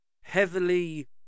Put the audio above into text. Heavily